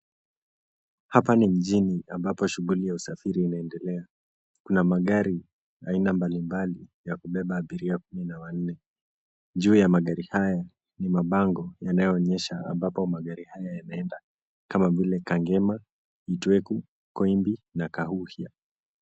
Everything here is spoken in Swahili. Hapa ni mjini lenye shughuli nyingi za usafiri na shughuli nyinginezo. Kuna magari mbalimbali, baadhi yakiwa na abiria. Kwenye magari haya kuna mabango yanayoonyesha habari kuhusu magari hayo na abiria.